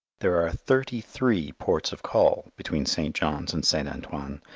there are thirty-three ports of call between st. john's and st. antoine,